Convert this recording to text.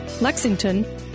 Lexington